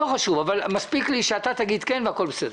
לא חשוב, אבל מספיק לי שאתה תגיד כן והכול בסדר.